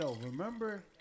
remember